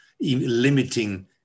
limiting